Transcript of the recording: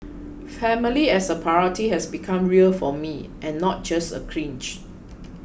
family as a priority has become real for me and not just a cliche